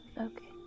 Okay